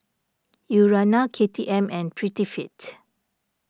Urana K T M and Prettyfit